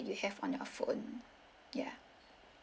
that you have on your phone ya